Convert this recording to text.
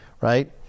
right